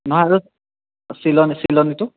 নহয় মানে চিলনি চিলনিটো